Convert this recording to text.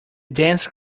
dense